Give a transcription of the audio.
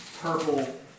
purple